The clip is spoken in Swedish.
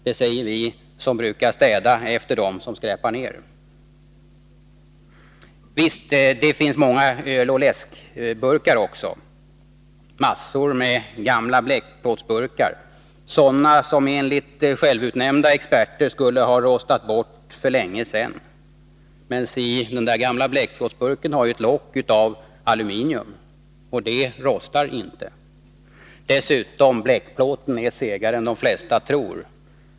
Det säger vi som brukar städa efter dem som skräpar ned. Visst, det finns många öloch läskburkar också. Massor med gamla bleckplåtsburkar, sådana som enligt självutnämnda experter skulle ha rostat bort för länge sedan. Men si, den där gamla bleckplåtsburken har ett lock av aluminium, och det rostar inte. Dessutom är bleckplåten segare än de flesta tror.